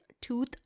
tooth